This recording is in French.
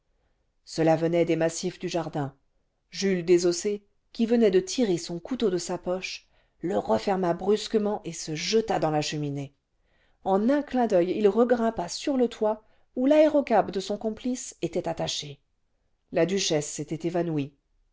cela venait des massifs du jardin jules désossé qui venait de tirer son couteau de sa poche le referma brusquement et se jeta dans la che minée en un clin d'oeil il regrimpa sur le toit où l'aérocab de son com plice était attaché la duchesse s'était évanouie